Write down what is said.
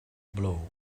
blow